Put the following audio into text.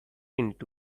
into